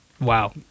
Wow